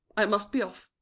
i must be off.